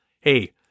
Hey